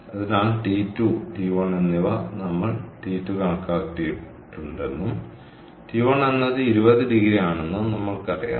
അതിനാൽ T2 T1 എന്നിവ നമ്മൾ T2 കണക്കാക്കിയിട്ടുണ്ടെന്നും T1 എന്നത് 20 ഡിഗ്രി ആണെന്നും നമ്മൾക്കറിയാം